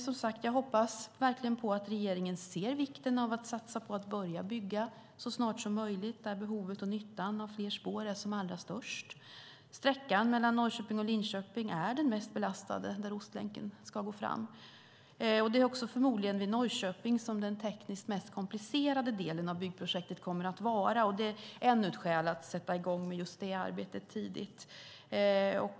Som sagt hoppas jag verkligen att regeringen ser vikten av att satsa på att börja bygga så snart som möjligt där behovet och nyttan av fler spår är som allra störst. Sträckan mellan Norrköping och Linköping är den mest belastade där Ostlänken ska gå fram. Det är också förmodligen vid Norrköping som den tekniskt mest komplicerade delen av byggprojektet kommer att vara. Det är ännu ett skäl att sätta i gång med det arbetet tidigt.